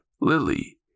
Lily